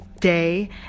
day